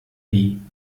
die